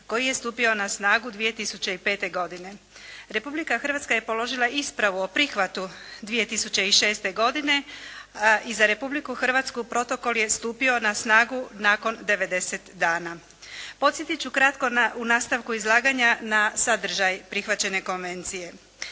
koji je stupio na snagu 2005. godine. Republika Hrvatska je položila ispravu o prihvatu 2006. godine i za Republiku Hrvatsku protokol je stupio na snagu nakon 90 dana. Podsjetit ću kratko u nastavku izlaganja na sadržaj prihvaćene konvencije.